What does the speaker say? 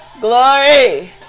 Glory